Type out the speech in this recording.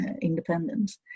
independence